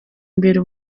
imbere